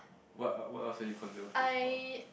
what what else are you conservative about